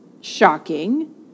shocking